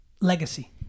legacy